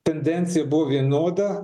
tendencija buvo vienoda